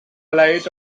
line